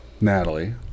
Natalie